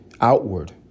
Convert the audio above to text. Outward